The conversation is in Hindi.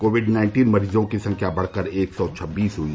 कोविड नाइन्टीन मरीजों की संख्या बढ़कर एक सौ छब्बीस हई